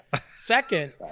Second